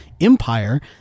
empire